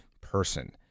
person